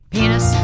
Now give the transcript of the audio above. Penis